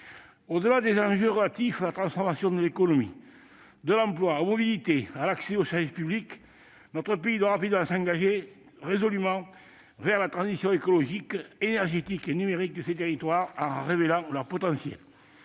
Au-delà des enjeux relatifs à la transformation de l'économie et de l'emploi, aux mobilités et à l'accès aux services publics, notre pays doit s'engager résolument vers la transition écologique, énergétique et numérique de ces territoires, en révélant leur potentiel.